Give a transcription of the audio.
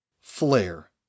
Flare